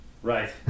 right